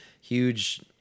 huge